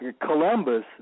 Columbus